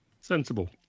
Sensible